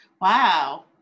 Wow